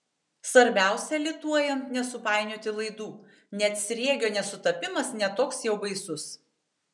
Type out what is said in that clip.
svarbiausia lituojant nesupainioti laidų net sriegio nesutapimas ne toks jau baisus